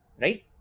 right